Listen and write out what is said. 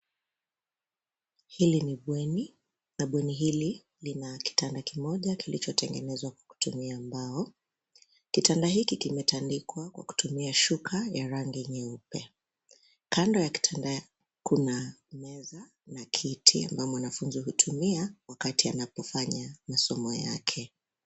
Hili ni bweni na bweni hili lina kitanda kimoja kilichotengenezwa kwa kutumia mbao. Kitanda hiki kimetandikwa kwa kutumia shuka ya rangi nyeupe. Kando ya kitanda kuna meza na kiti ambayo mwanafunzi hutumia wakati anapofanya masomo yake.